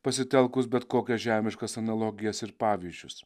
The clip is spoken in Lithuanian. pasitelkus bet kokias žemiškas analogijas ir pavyzdžius